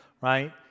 right